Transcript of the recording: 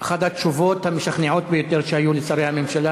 אחת התשובות המשכנעות ביותר שהיו לשרי הממשלה